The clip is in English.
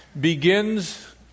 begins